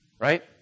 right